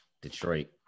Detroit